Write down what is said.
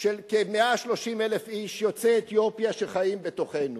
של כ-130,000 איש יוצאי אתיופיה שחיים בתוכנו.